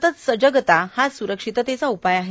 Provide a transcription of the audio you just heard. सतत सजगता हाच सुरक्षिततेचा उपाय आहे